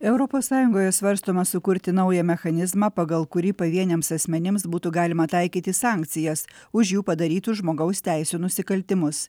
europos sąjungoje svarstoma sukurti naują mechanizmą pagal kurį pavieniams asmenims būtų galima taikyti sankcijas už jų padarytus žmogaus teisių nusikaltimus